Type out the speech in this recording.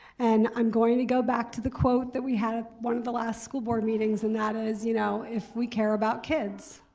and i'm going to go back to the quote that we had at one of the last school board meetings, and that is you know if we care about kids,